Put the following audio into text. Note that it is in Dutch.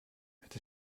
het